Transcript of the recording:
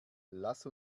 lass